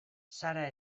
sara